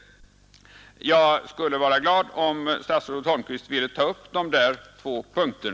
Jag skulle vara glad om statsrådet Holmqvist ville ta upp dessa två punkter.